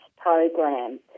program